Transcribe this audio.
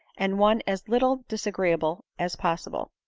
and one as little disagreeably as possible.